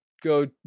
go